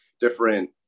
different